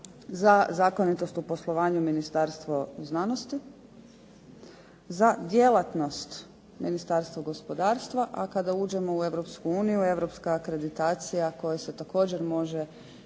za zakonitost u poslovanju Ministarstva znanosti, za djelatnost Ministarstvo gospodarstva, a kada uđemo u Europsku uniju, Europska akreditacija koja se također može